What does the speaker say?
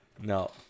No